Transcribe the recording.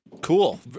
cool